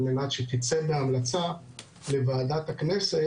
על מנת שתצא בהמלצה לוועדת הכנסת,